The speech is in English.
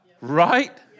Right